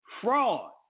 fraud